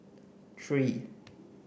three